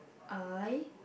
I